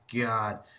god